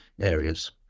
areas